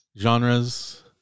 genres